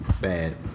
Bad